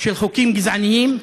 של חוקים גזעניים,